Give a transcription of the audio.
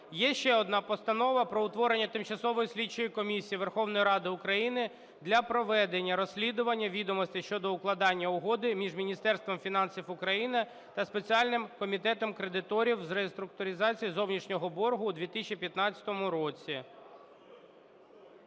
Є ще одна Постанова про утворення Тимчасової слідчої комісії Верховної Ради України для проведення розслідування відомостей щодо укладання Угоди між Міністерством фінансів України та Спеціальним комітетом кредиторів з реструктуризації зовнішнього боргу у 2015 році.